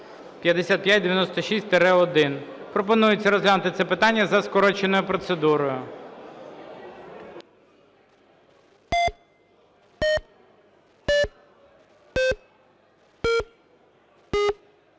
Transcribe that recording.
5596-1). Пропонується розглянути це питання за скороченою процедурою.